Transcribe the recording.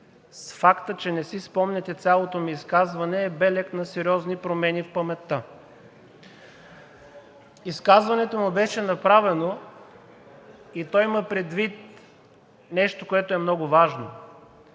че фактът, че не си спомняте цялото ми изказване, е белег на сериозни промени в паметта. Изказването ми беше направено и то има предвид нещо, което е много важно